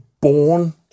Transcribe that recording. born